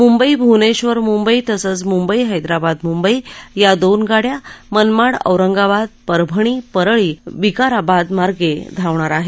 मुंबई भुवनेक्षर मुंबई तसंच मुंबई हैदराबाद मुंबई या दोन गाड्या मनमाड औरंगाबाद परभणी परळी विकाराबादमार्गे धावणार आहेत